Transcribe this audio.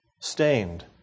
stained